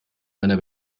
meiner